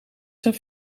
zijn